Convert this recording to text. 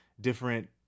different